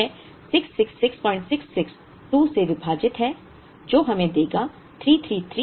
यह 66666 2 से विभाजित है जो हमें देगा 33333